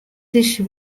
dizze